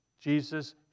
Jesus